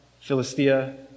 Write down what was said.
Philistia